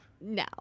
No